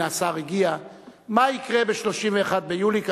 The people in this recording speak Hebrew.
הנה השר הגיע: מה יקרה ב-31 ביולי,